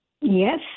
Yes